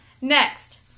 Next